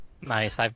Nice